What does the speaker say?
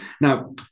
Now